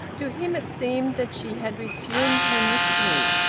to him it seemed that she had resumed her mystery,